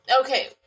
Okay